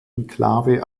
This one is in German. enklave